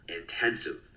intensive